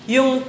Yung